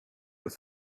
with